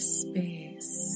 space